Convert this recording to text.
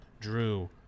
Drew